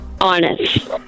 Honest